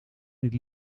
niet